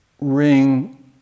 ring